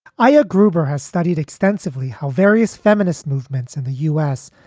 aya gruber has studied extensively how various feminist movements in the u s.